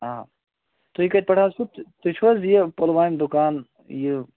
آ تُہۍ کَتہِ پٮ۪ٹھ حظ چھُو تہٕ تُہۍ چھُو حظ یہِ پُلوامہِ دُکان یہِ